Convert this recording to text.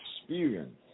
experience